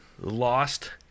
lost